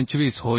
25 होईल